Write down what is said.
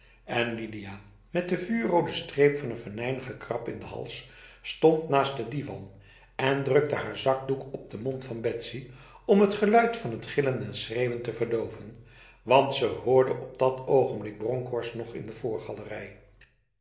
en lidia met de vuurrode streep van een venijnige krab in de hals stond naast de divan en drukte haar zakdoek op de mond van betsy om t geluid van het gillen en schreeuwen te verdoven want ze hoorde op dat ogenblik bronkhorst nog in de voorgalerij